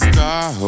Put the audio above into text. Star